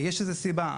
ויש לכך סיבה.